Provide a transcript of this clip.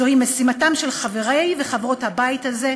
זו משימתם של חברי וחברות הבית הזה,